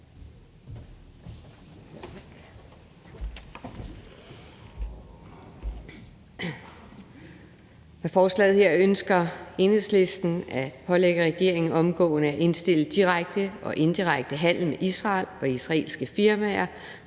forslaget her ønsker Enhedslisten at pålægge regeringen omgående at indstille direkte og indirekte handel med Israel og israelske firmaer